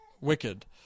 wicked